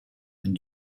and